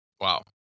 Wow